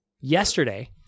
yesterday